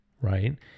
right